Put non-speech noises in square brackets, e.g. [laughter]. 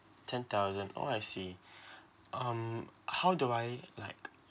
ten thousand oh I see [breath] um how do I like